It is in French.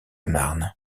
marne